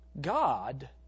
God